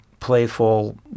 playful